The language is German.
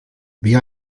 wer